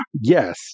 yes